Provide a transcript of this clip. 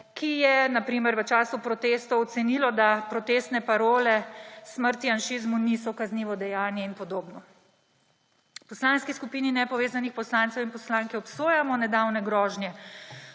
ki je na primer v času protestov ocenilo, da protestne parole »Smrt janšizmu« niso kaznivo dejanje, in podobno. V Poslanski skupini nepovezanih poslancev obsojamo nedavne grožnje,